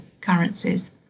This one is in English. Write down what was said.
currencies